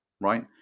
right